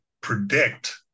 predict